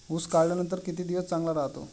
ऊस काढल्यानंतर किती दिवस चांगला राहतो?